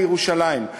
לירושלים.